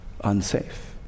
unsafe